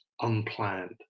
unplanned